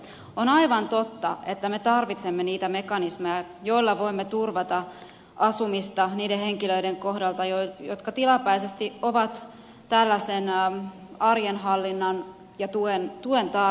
on aivan totta että me tarvitsemme niitä mekanismeja joilla voimme turvata asumista niiden henkilöiden kohdalla jotka tilapäisesti ovat tällaisen arjenhallinnan ja tuen tarpeessa